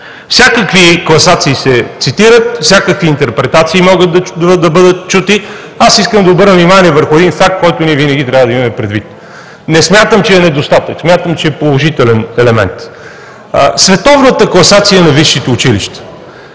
Всякакви класации се цитират, всякакви интерпретации могат да бъдат чути. Аз искам да обърна внимание върху един факт, който винаги трябва да имаме предвид – не смятам, че е недостатък, смятам, че е положителен елемент – световната класация на висшите училища.